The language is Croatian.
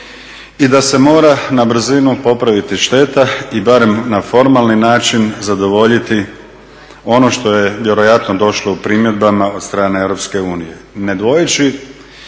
i da se mora na brzinu popraviti šteta i barem na formalni način zadovoljiti ono što je vjerojatno došlo u primjedbama od strane EU